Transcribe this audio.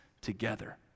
together